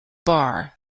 bar